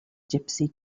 gipsy